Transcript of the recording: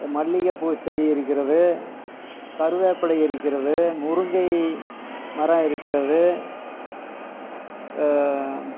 மல்லிகைப்பூ செடி இருக்கின்றது கருவேப்பிலை இருக்கின்றது முருங்கை மரம் இருக்கின்றது